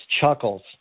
chuckles